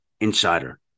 Insider